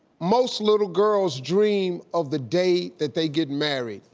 most little girls dream of the day that they get married.